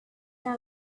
had